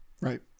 right